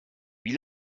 wie